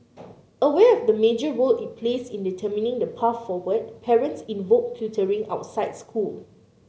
aware of the major role it plays in determining the path forward parents invoke tutoring outside school